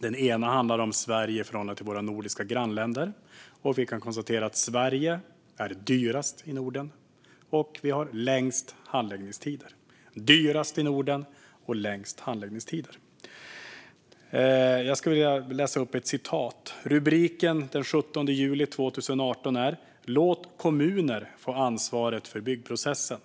Den ena handlar om Sverige i förhållande till våra nordiska grannländer. Vi kan konstatera att Sverige är dyrast i Norden och har längst handläggningstider. Jag skulle vilja läsa upp ett citat från den 17 juli 2018. Rubriken är: "Låt kommuner få ansvaret för byggprocessen".